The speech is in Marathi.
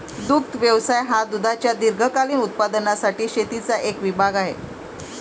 दुग्ध व्यवसाय हा दुधाच्या दीर्घकालीन उत्पादनासाठी शेतीचा एक विभाग आहे